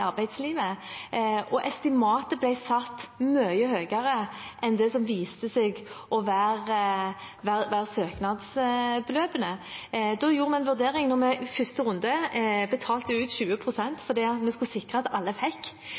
arbeidslivet, og estimatet ble satt mye høyere enn søknadsbeløpene viste seg å være. Da gjorde vi en vurdering der vi i første runde betalte ut 20 pst., for vi skulle sikre at alle fikk.